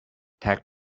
tack